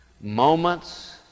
moments